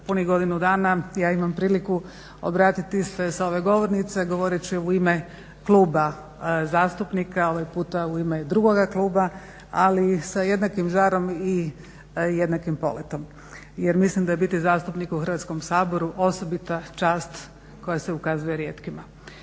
punih godinu dana ja imam priliku obratiti sa ove govornice, govorit ću ime kluba zastupnika, ovaj puta u ime drugoga kluba ali sa jednakim žarom i jednakim poletom jer mislim da je biti zastupnik u Hrvatskom saboru osobita čast koja se ukazuje rijetkima.